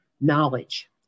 knowledge